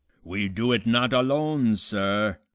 we do it not alone, sir.